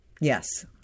Yes